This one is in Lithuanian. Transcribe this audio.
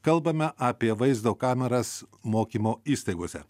kalbame apie vaizdo kameras mokymo įstaigose